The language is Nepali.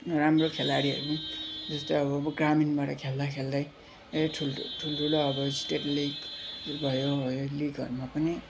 राम्रो खेलाडीहरू जस्तै अब ग्रामीणबाट खेल्दाखेल्दै ए ठुल्ठुलो अब स्टेट लिग भयो हो यो लिगहरूमा पनि